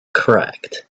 cracked